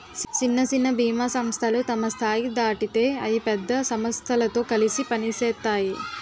సిన్న సిన్న బీమా సంస్థలు తమ స్థాయి దాటితే అయి పెద్ద సమస్థలతో కలిసి పనిసేత్తాయి